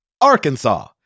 Arkansas